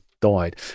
died